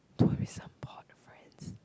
tourism board friends